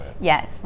yes